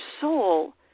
soul